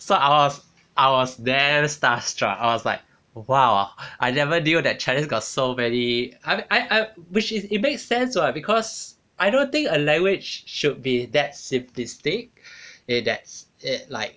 so I was I was damn star struck I was like !wow! I never knew that chinese got so many I I which is it made sense because I don't think a language should be that simplistic it that's it like